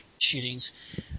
shootings